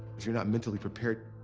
if you're not mentally prepared,